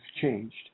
changed